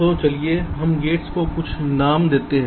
तो चलिए हम गेट्स को कुछ नाम देते हैं